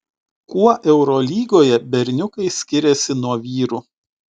kuo eurolygoje berniukai skiriasi nuo vyrų